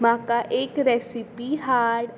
म्हाका एक रेसिपी हाड